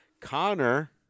Connor